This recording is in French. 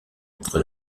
entre